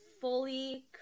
fully